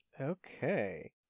Okay